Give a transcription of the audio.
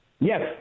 Yes